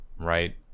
right